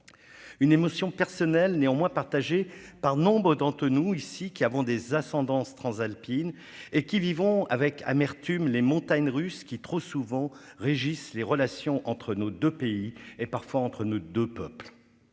une émotion personnelle néanmoins partagé par nombre d'entre nous ici, qui avant des ascendances transalpines et qui vivons avec amertume les montagnes russes qui trop souvent régissent les relations entre nos 2 pays et parfois entre nos 2 peuples,